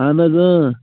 اہن حظ